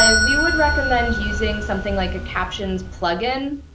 and we would recommend using something like a captions plug-in,